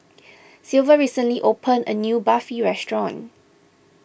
Silvia recently opened a new Barfi restaurant